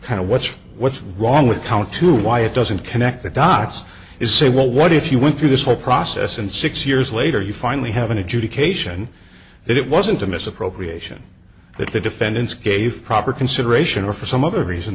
kind of what's what's wrong with count two why it doesn't connect the dots is say well what if you went through this whole process and six years later you finally have an adjudication that it wasn't a misappropriation that the defendants gave proper consideration or for some other reason